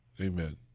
Amen